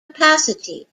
capacity